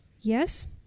Yes